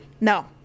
no